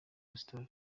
gustave